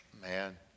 man